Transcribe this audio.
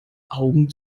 augen